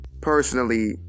personally